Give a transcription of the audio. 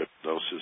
hypnosis